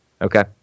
Okay